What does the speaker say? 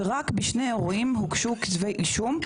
ורק בשני אירועים הוגשו כתבי אישום,